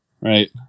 right